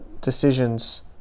decisions